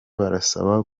barasaba